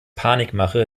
panikmache